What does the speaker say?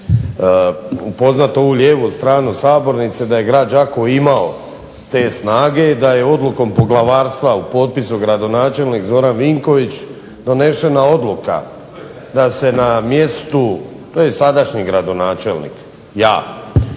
upoznat ovu lijevu stranu Sabornice da je grad Đakovo imao te snage i da je odlukom poglavarstva, u potpisu gradonačelnik Zoran Vinković, donesena odluka da se na mjestu… … /Upadica se ne